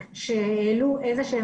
אני יושבת ראש ועדת זכויות נפגעי